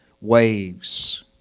waves